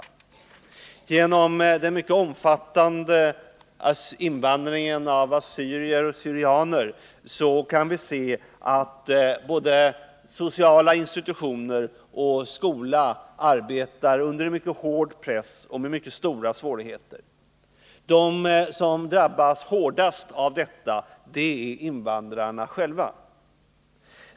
Som en följd av den mycket omfattande invandringen av assyrier och syrianer måste både sociala institutioner och skolan arbeta under mycket hård press och med mycket stora svårigheter. De som drabbas hårdast av detta är invandrarna själva.